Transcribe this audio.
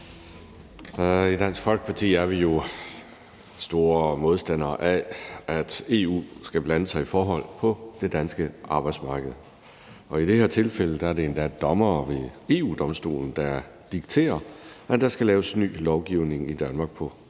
I Dansk Folkeparti er vi jo store modstandere af, at EU skal blande sig i forhold på det danske arbejdsmarked, og i det her tilfælde er det endda dommere ved EU-Domstolen, der dikterer, at der skal laves ny lovgivning i Danmark på